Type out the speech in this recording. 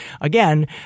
again